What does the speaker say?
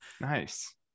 Nice